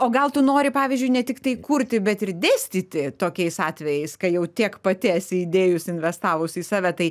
o gal tu nori pavyzdžiui ne tiktai kurti bet ir dėstyti tokiais atvejais kai jau tiek pati esi įdėjus investavus į save tai